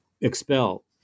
expel